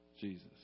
Jesus